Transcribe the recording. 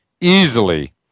Easily